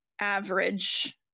average